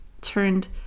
turned